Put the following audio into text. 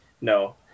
no